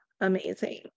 amazing